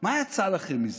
מה יצא לכם מזה?